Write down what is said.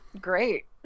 Great